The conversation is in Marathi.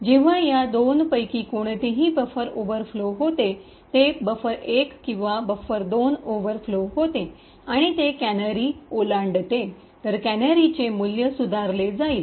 जेव्हा या दोनपैकी कोणतेही बफर ओव्हरफ्लो होते ते बफर१ किंवा बफर२ ओव्हरफ्लो होते आणि ते कॅनरी ओलांडते तर कॅनरीचे मूल्य सुधारले जाईल